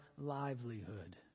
livelihood